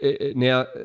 now